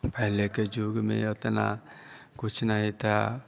पहले के युग में इतना कुछ नहीं था